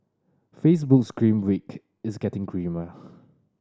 Facebook's grim week is getting grimmer